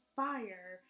fire